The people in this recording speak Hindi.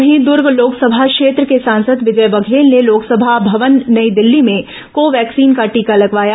वहीं दुर्ग लोकसभा क्षेत्र के सांसद विजय बघेल ने लोकसभा भवन नई दिल्ली में को वैक्सीन का टीका लगवाया